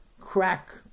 crack